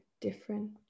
different